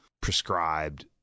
prescribed